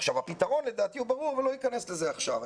לדעתי הפתרון ברור אבל לא אכנס לזה עכשיו.